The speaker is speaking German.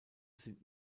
sind